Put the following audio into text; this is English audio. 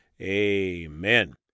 Amen